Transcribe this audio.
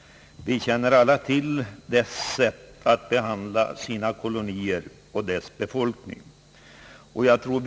Vi känner alla till dess sätt att behandla sina kolonier och befolkningen där.